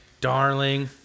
darling